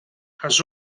has